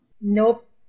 Nope